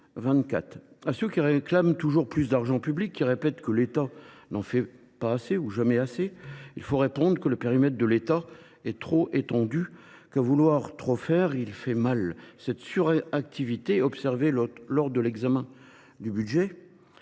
À ceux qui réclament toujours plus d’argent public et qui répètent que l’État n’en fait jamais assez, il faut répondre que le périmètre de ce dernier est trop étendu : à vouloir trop faire, il fait mal ! Cette suractivité étatique, observée lors de l’examen du budget,